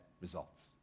results